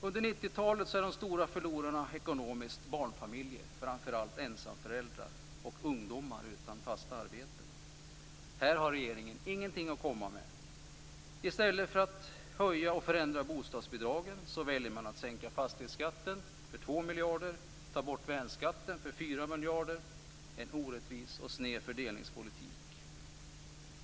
Under 90-talet är de stora förlorarna ekonomiskt barnfamiljer - framför allt ensamföräldrar - och ungdomar utan fasta arbeten. Här har regeringen ingenting att komma med. I stället för att höja och förändra bostadsbidragen väljer man att sänka fastighetsskatten för 2 miljarder och ta bort värnskatten för 4 miljarder. Det är en orättvis och sned fördelningspolitik.